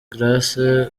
grace